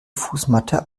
fußmatte